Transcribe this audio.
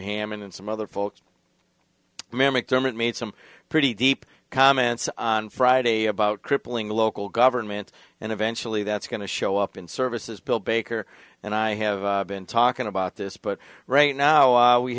hammond and some other folks dermot made some pretty deep comments on friday about crippling the local government and eventually that's going to show up in services bill baker and i have been talking about this but right now i we